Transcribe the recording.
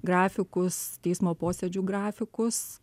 grafikus teismo posėdžių grafikus